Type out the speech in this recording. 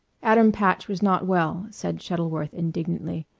adam patch was not well, said shuttleworth indignantly.